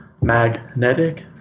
Magnetic